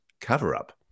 cover-up